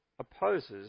opposes